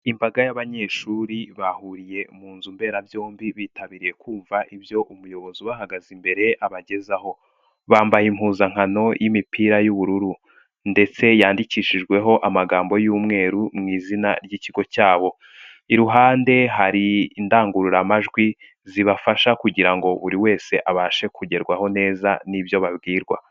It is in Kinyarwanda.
Imbaga y'abanyeshuri bahuriye mu nzu mberabyombi bitabiriye kumva ibyo umuyobozi bahagaze imbere abagezaho, bambaye impuzankano y'imipira y'ubururu ndetse yandikishijweho amagambo y'umweru mu izina ry'ikigo cyabo, iruhande rwabo hari indangururamajwi zibafasha kugira ngo buri wese abashe kugerwaho neza n'ibyo babwirwa.